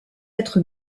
être